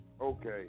okay